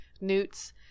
newts